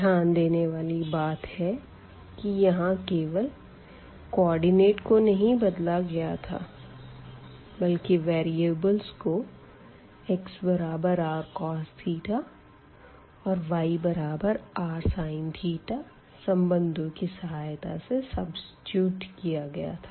ध्यान देने वाली बात है की यहाँ केवल कोऑर्डिनेट को नही बदला गया था बल्कि वेरीअबल को x बराबर rcos और y बराबर rsin संबंधों की सहायता से सब्सीट्यूट किया गया था